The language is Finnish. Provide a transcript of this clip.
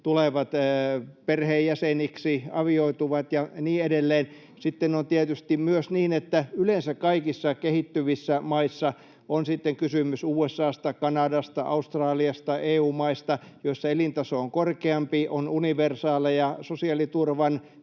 tulevat perheenjäseniksi, avioituvat ja niin edelleen. Sitten on tietysti myös niin, että yleensä kaikissa kehittyvissä maissa — on sitten kysymys USA:sta, Kanadasta, Australiasta, EU-maista — joissa elintaso on korkeampi, on universaaleja sosiaaliturvan,